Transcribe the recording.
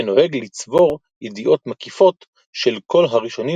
שנוהג לצבור ידיעות מקיפות של כל הראשונים